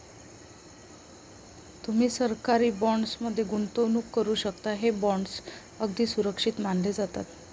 तुम्ही सरकारी बॉण्ड्स मध्ये गुंतवणूक करू शकता, हे बॉण्ड्स अगदी सुरक्षित मानले जातात